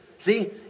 See